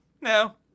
No